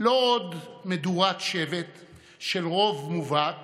לא עוד מדורת שבט של רוב מובהק